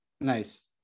Nice